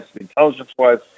intelligence-wise